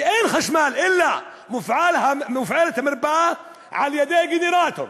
ואין חשמל אלא המרפאה מופעלת על-ידי גנרטור?